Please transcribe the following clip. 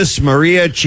Maria